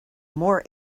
more